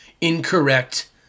incorrect